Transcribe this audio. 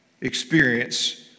experience